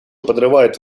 подрывают